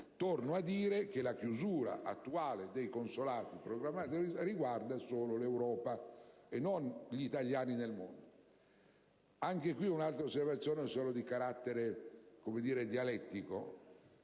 Torno a ripetere che la chiusura attuale dei consolati programmati riguarda solo l'Europa, e non gli italiani nel mondo. Vengo ad un'altra osservazione, di carattere dialettico.